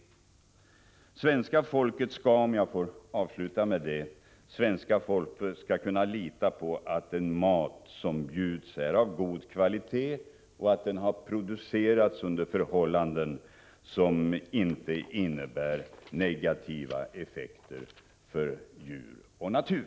Svenska folket skall — låt mig avsluta med det — kunna lita på att den mat som bjuds är av god kvalitet och har producerats under förhållanden som inte innebär negativa effekter för djur och natur.